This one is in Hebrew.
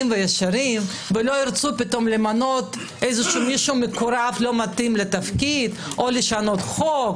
וישרים ולא ירצו פתאום למנות מישהו מקורב לא מתאים לתפקיד או לשנות חוק